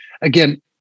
Again